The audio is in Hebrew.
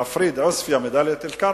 להפריד את עוספיא מדאלית-אל-כרמל,